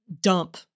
dump